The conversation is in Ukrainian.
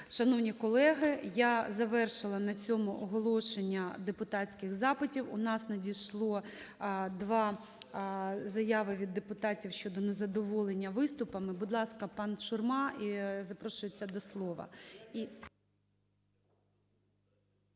Шановні колеги, я завершила на цьому оголошення депутатських запитів. У нас надійшли дві заяви від депутатів щодо незадоволення виступами. Будь ласка, пан Шурма запрошується до слова.